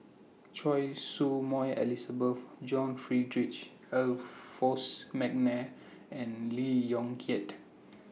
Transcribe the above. Choy Su Moi Elizabeth John Frederick Adolphus Mcnair and Lee Yong Kiat